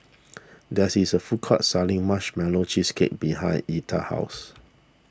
there's is a food court selling Marshmallow Cheesecake behind Etta's house